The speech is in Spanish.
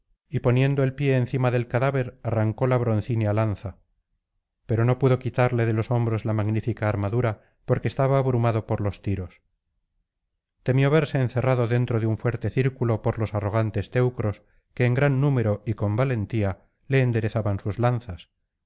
y poniendo el pie encima del cadáver arrancó la broncínea lanza pero no pudo quitarle de los hombros la magnífica armadura porque estaba abrumado por los tiros temió verse encerrado dentro de un fuerte círculo por los arrogantes teucros que en gran número y con valentía le enderezaban sus lanzas